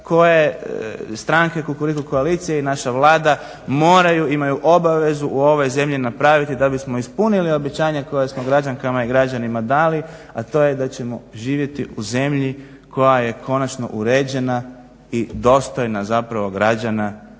koje stranke Kukuriku koalicije i naša Vlada moraju, imaju obavezu u ovoj zemlji napraviti da bismo ispunili obećanja koja smo građankama i građanima dali, a to je da ćemo živjeti u zemlji koja je konačno uređena i dostojna zapravo građana